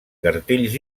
cartells